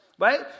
Right